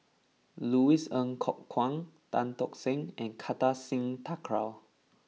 Louis Ng Kok Kwang Tan Tock Seng and Kartar Singh Thakral